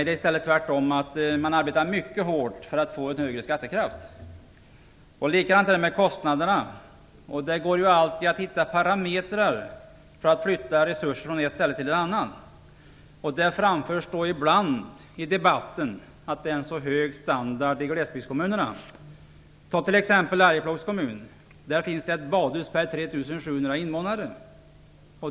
Det är tvärtom. Man arbetar mycket hårt för att få en starkare skattekraft. Likadant är det när det gäller kostnaderna. Det går alltid att hitta parametrar för att flytta resurser från ett ställe till ett annat. Ibland framförs det i debatten att det är en så hög standard i glesbygdskommunerna. I Arjeplogs kommun finns det ett badhus per 3 700 invånare.